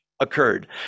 occurred